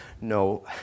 no